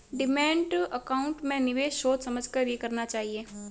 demat account में निवेश सोच समझ कर ही करना चाहिए